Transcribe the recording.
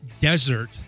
desert